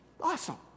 Awesome